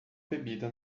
bebida